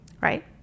right